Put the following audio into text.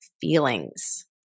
feelings